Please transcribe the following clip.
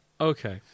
Okay